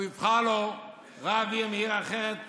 הוא יבחר לו רב מעיר אחרת בארץ,